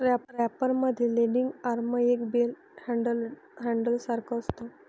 wrapper मध्ये landing arm एका bale handler सारखा असतो